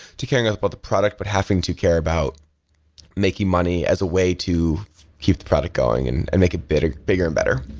to caring about the product but having to care about making money as a way to keep the product going and and make it bigger and better.